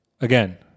again